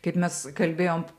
kaip mes kalbėjom